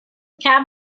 cab